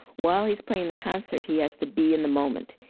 while he's playing the concert, he has to be in the moment.